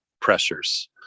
pressures